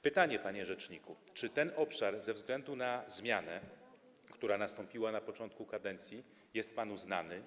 Pytanie, panie rzeczniku: Czy ten obszar ze względu na zmianę, która nastąpiła na początku kadencji, jest panu znany?